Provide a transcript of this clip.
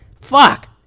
Fuck